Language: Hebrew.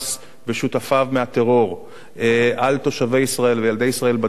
ושותפיו לטרור על תושבי ישראל וילדי ישראל בדרום,